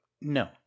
no